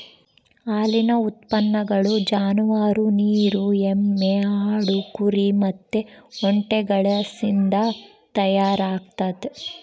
ಹಾಲಿನ ಉತ್ಪನ್ನಗಳು ಜಾನುವಾರು, ನೀರು ಎಮ್ಮೆ, ಆಡು, ಕುರಿ ಮತ್ತೆ ಒಂಟೆಗಳಿಸಿಂದ ತಯಾರಾಗ್ತತೆ